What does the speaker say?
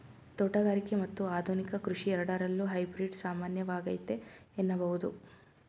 ತೋಟಗಾರಿಕೆ ಮತ್ತು ಆಧುನಿಕ ಕೃಷಿ ಎರಡರಲ್ಲೂ ಹೈಬ್ರಿಡ್ ಸಾಮಾನ್ಯವಾಗೈತೆ ಎನ್ನಬಹುದು